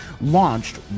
launched